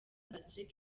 patrick